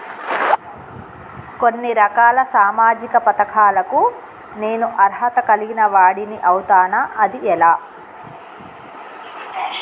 కొన్ని రకాల సామాజిక పథకాలకు నేను అర్హత కలిగిన వాడిని అవుతానా? అది ఎలా?